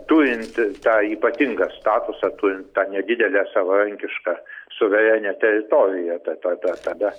turint tą ypatingą statusą turin tą nedidelę savarankišką suverenią teritoriją ta ta ta tada